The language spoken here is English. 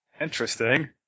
Interesting